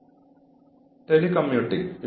administration of discipline